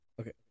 Okay